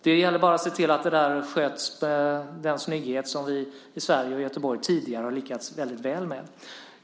Det gäller bara att se till att det sköts med den snygghet som vi i Sverige och Göteborg tidigare har lyckats väldigt väl med.